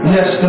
Yes